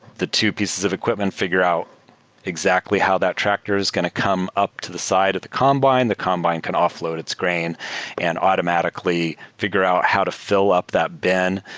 the two pieces of equipment figure out exactly how that tractor is going to come up to the side of the combine. the combine can offload its grain and automatically figure out how to fill up that bin.